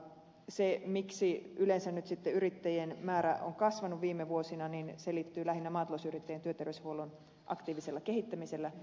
se miksi yleensä nyt sitten yrittäjien määrä on kasvanut viime vuosina selittyy lähinnä maatalousyrittäjien työterveyshuollon aktiivisella kehittämisellä